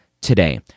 today